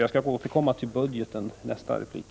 Jag skall återkomma till budgeten i nästa replik.